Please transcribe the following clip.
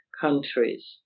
countries